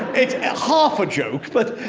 it's a half a joke, but,